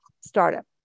startup